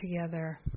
together